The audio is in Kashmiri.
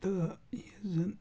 تہٕ یُس زَن